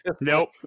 Nope